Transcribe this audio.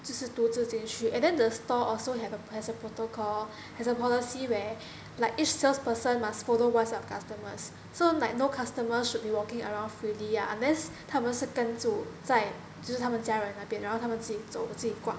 就是独自进去 and then the store also have a has a protocol has a policy where like each salesperson must follow what's our customers so like no customers should be walking around freely ah unless 他们是跟住在就是他们家人那边然后他们自己走自己逛